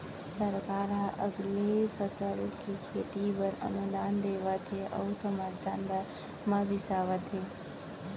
सरकार ह अलगे फसल के खेती बर अनुदान देवत हे अउ समरथन दर म बिसावत हे